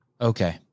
Okay